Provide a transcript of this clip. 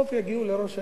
בסוף יגיעו לראש העיר.